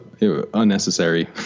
unnecessary